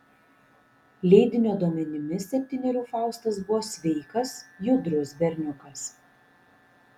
leidinio duomenimis septynerių faustas buvo sveikas judrus berniukas